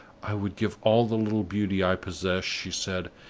i would give all the little beauty i possess, she said,